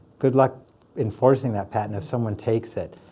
good luck enforcing that patent if someone takes it.